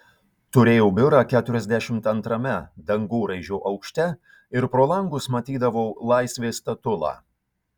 turėjau biurą keturiasdešimt antrame dangoraižio aukšte ir pro langus matydavau laisvės statulą